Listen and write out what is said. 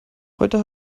heute